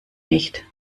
nicht